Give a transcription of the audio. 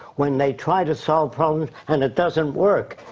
when they try to solve problems and it doesn't work,